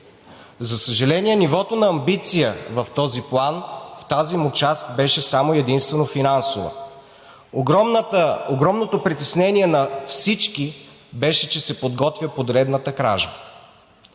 За съжаление, нивото на амбиция в този план – в тази му част, беше само и единствено финансова. Огромното притеснение на всички беше, че се подготвя поредната кражба.